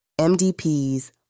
MDPs